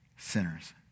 Sinners